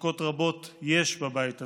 מחלוקות רבות יש בבית הזה.